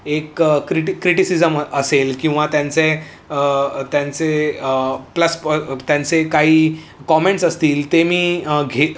एक क्रिटी क्रिटिसिजम असेल किंवा त्यांचे त्यांचे प्लस प त्यांचे काही कॉमेंट्स असतील ते मी घे